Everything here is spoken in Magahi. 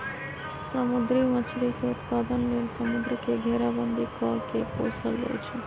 समुद्री मछरी के उत्पादन लेल समुंद्र के घेराबंदी कऽ के पोशल जाइ छइ